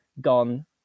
gone